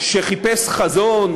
שחיפש חזון,